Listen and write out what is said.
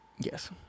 Yes